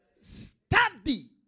Study